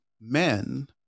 men